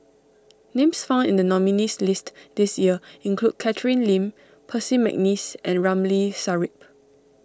names found in the nominees' list this year include Catherine Lim Percy McNeice and Ramli Sarip